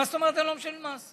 מה זאת אומרת הם לא משלמים מס?